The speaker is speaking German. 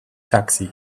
taxi